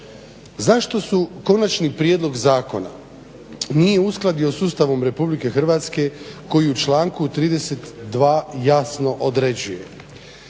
Zašto se konačni prijedlog zakona nije uskladio s Ustavom RH koji u članku 32.jasno određuje